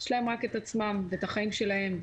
יש להם רק את עצמם ואת החיים שלהם,